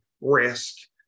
risk